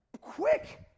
Quick